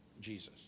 Jesus